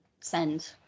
send